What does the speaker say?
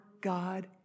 God